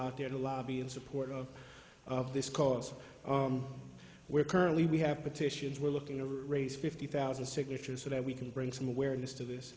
out there to lobby in support of of this cause we're currently we have petitions we're looking to raise fifty thousand signatures so that we can bring some awareness to this